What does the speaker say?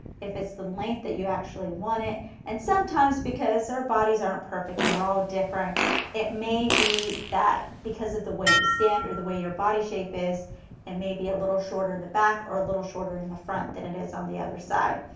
if it's the length that you actually want it and sometimes because our bodies aren't perfect and we are all different it maybe that because of the way you stand or the way your body shape is and maybe a little shorter in the back or a little shorter in the front, that it is on the other side.